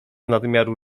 nadmiaru